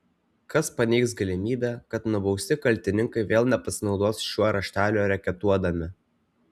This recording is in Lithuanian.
kas paneigs galimybę kad nubausti kaltininkai vėl nepasinaudos šiuo rašteliu reketuodami